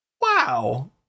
Wow